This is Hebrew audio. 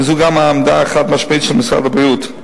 וזו גם העמדה החד-משמעית של משרד הבריאות.